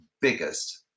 biggest